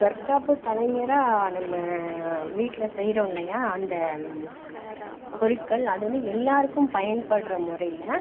தற்காப்புக் கலைஞராக நம் வீட்டில் செய்கிறோம் இல்லையா அந்த பொருட்கள் அது வந்து எல்லோருக்கும் பயன்படுற முறையில